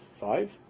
five